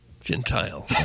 Gentile